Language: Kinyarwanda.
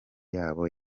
yabo